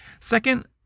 Second